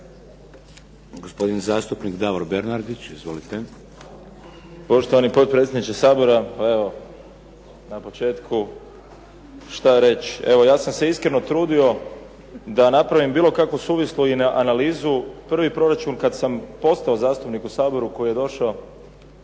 Gospodin zastupnik Davor Bernardić. Izvolite. **Bernardić, Davor (SDP)** Poštovani potpredsjedniče Sabora, pa evo na početku šta reći? Evo ja sam se iskreno trudio da napravim bilo kakvu suvislu analizu. Prvi proračun kad sam postao zastupnik u Saboru koji je došao